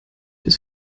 ist